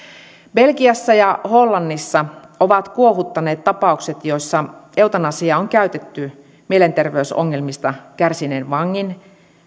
belgiassa ja hollannissa ovat kuohuttaneet tapaukset joissa eutanasiaa on käytetty mielenterveysongelmista kärsineen vangin